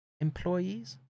employees